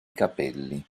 capelli